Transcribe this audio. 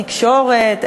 בתקשורת,